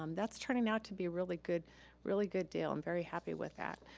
um that's turning out to be really good really good deal, i'm very happy with that.